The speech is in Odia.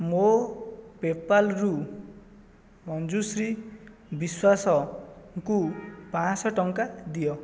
ମୋ ପେପାଲ୍ ରୁ ମଞ୍ଜୁଶ୍ରୀ ବିଶ୍ୱାସଙ୍କୁ ପାଞ୍ଚ ଶହ ଟଙ୍କା ଦିଅ